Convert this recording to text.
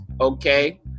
okay